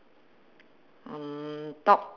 mm talk